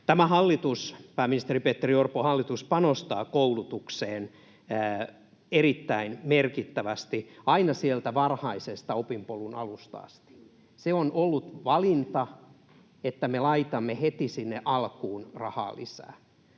Tämä hallitus, pääministeri Petteri Orpon hallitus, panostaa koulutukseen erittäin merkittävästi aina sieltä varhaisesta opinpolun alusta asti. Se on ollut valinta, että me laitamme heti sinne alkuun rahaa lisää.